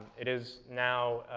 it is now